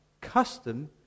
custom